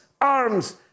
arms